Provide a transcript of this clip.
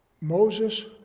Moses